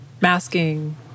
masking